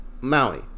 Maui